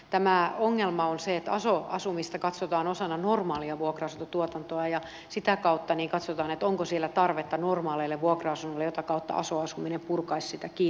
tämä ongelma on se että aso asumista katsotaan osana normaalia vuokra asuntotuotantoa ja sitä kautta katsotaan onko siellä tarvetta normaaleille vuokra asunnoille jota kautta aso asuminen purkaisi sitä kiintiötä